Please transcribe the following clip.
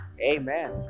Amen